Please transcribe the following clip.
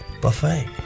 Buffet